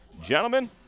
Gentlemen